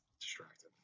distracted